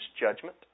judgment